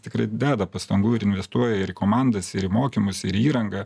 tikrai deda pastangų ir investuoja ir į komandas ir į mokymus ir į įrangą